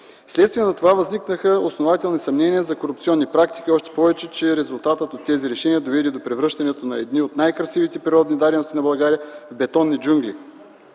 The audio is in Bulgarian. Вследствие на това възникнаха основателни съмнения за корупционни практики, още повече че резултатът от тези решения доведе до превръщането на едни от най-красивите природни дадености на България в бетонни джунгли.